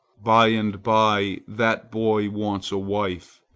by and by that boy wants a wife,